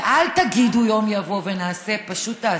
ואל תגידו יום נבוא ונעשה, פשוט תעשו.